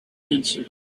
answered